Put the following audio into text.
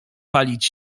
palić